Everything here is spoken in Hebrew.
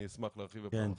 אני אשמח להעביר לך בהמשך.